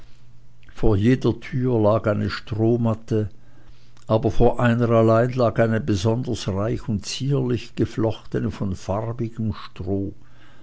vor jeder tür lag eine strohmatte aber vor einer allein lag eine besonders reich und zierlich geflochtene von farbigem stroh